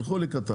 הם יילכו לקראתם.